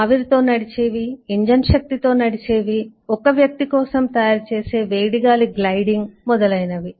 ఆవిరితో నడిచేవి ఇంజన్ శక్తితో నడిచేవి ఒక వ్యక్తి కోసం వేడి గాలి గ్లైడింగ్ మొదలైనవి